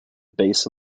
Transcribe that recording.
base